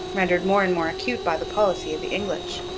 rendered more and more acute by the policy of the english.